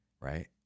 right